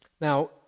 Now